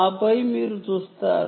ఆపై మీరు చూస్తారు